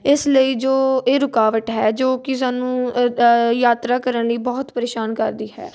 ਇਸ ਲਈ ਜੋ ਇਹ ਰੁਕਾਵਟ ਹੈ ਜੋ ਕਿ ਸਾਨੂੰ ਯਾਤਰਾ ਕਰਨ ਲਈ ਬਹੁਤ ਪਰੇਸ਼ਾਨ ਕਰਦੀ ਹੈ